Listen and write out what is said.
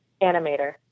Animator